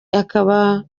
akanaba